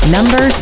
Number